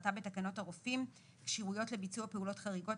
כהגדרתה בתקנות הרופאים (כשירויות לביצוע פעולות חריגות),